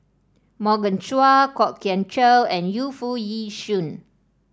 Morgan Chua Kwok Kian Chow and Yu Foo Yee Shoon